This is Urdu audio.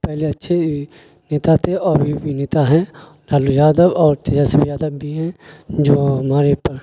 پہلے اچھے نیتا تھے اور ابھی بھی نیتا ہیں لالو یادو اور تیجسوی یادو بھی ہیں جو ہمارے پر